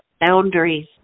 boundaries